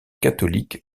catholique